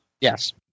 Yes